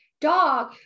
dog